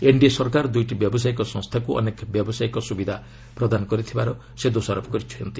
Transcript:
NDA ସରକାର ଦୁଇଟି ବ୍ୟବସାୟୀକ ସଂସ୍ଥାକୁ ଅନେକ ବ୍ୟବସାୟୀକ ସୁବିଧା ପ୍ରଦାନ କରିଥିବାର ସେ ଦୋଷାରୋପ କରିଛନ୍ତି